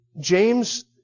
James